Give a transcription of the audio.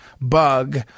bug